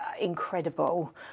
incredible